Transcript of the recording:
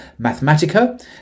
Mathematica